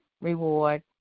reward